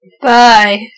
bye